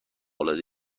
العاده